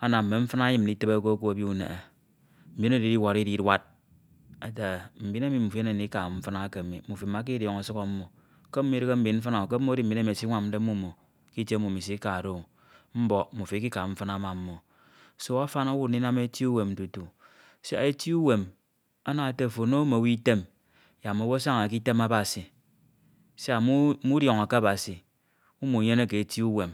anam mme mfina eyem ndifibe ko ke ebi uneghe, mbin oro Idiwọrọ Idi Ididuad, mbin emi mmufo Iyemede ndika mfina emi mi, mufo Imika Idiọñọ mfina mme ke mmo Idighe mbin mfina. Ke mmo edi mbin emi esinwamde mmo k’itie emi mnumo isikade o, mbọk mmufo Ikika mfina ma mmo. Afan owu ndinam eti uwem fufu siak eti uwem ana ete ofo ono mmowu item yak mmowu asaña k’item Abasi siak mudiọñọke Abasi, umunyeke eti uwem,